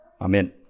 Amen